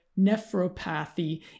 nephropathy